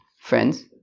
friends